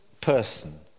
person